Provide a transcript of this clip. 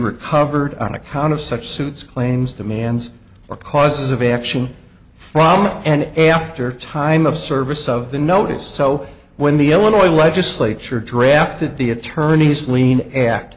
recovered on account of such suits claims the man's or causes of action from him and after time of service of the notice so when the illinois legislature drafted the attorney's lien act